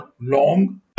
long